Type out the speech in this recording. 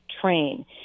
train